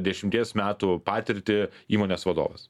dešimties metų patirtį įmonės vadovas